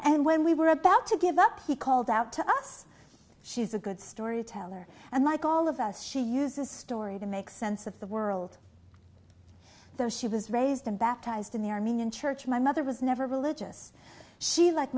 and when we were about to give up he called out to us she's a good storyteller and like all of us she used this story to make sense of the world though she was raised in baptized in the armenian church my mother was never religious she like